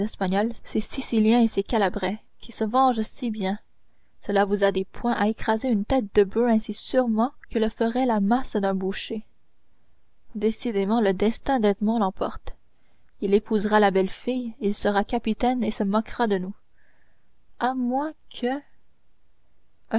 ces siciliens et ces calabrais qui se vengent si bien cela vous a des poings à écraser une tête de boeuf aussi sûrement que le ferait la masse d'un boucher décidément le destin d'edmond l'emporte il épousera la belle fille il sera capitaine et se moquera de nous à moins que